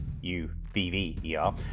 U-V-V-E-R